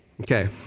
Okay